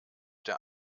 der